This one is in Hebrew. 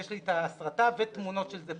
יש לי סרטון ותמונות של זה,